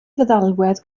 feddalwedd